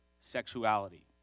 sexuality